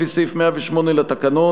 לפי סעיף 108 לתקנון.